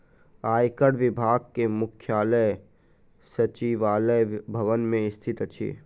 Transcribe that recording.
आयकर विभाग के मुख्यालय सचिवालय भवन मे स्थित अछि